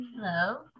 Hello